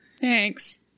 Thanks